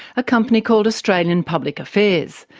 a company called australian public affairs,